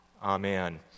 Amen